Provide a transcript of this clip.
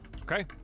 Okay